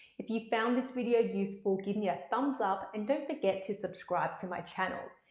if you found this video useful, give me ah thumbs up and don't forget to subscribe to my channel.